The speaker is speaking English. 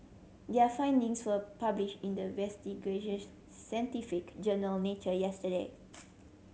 their findings were published in the scientific journal Nature yesterday